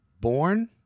born